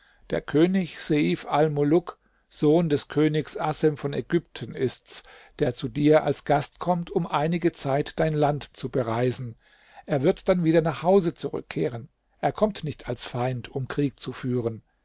der könig seif almuluk sohn des königs assem von ägypten ist's der zu dir als gast kommt um einige zeit dein land zu bereisen er wird dann wieder nach hause zurückkehren er kommt nicht als feind um krieg zu führen